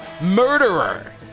murderer